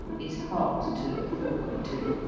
is hard to look forward to.